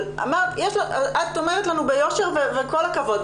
אבל את אומרת לנו ביושר וכל הכבוד,